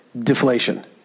deflation